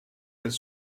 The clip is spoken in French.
elles